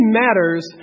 matters